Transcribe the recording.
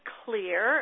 clear